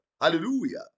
Hallelujah